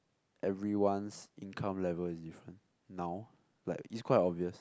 everyone's income level is different now like it's quite obvious